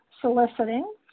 soliciting